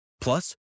Plus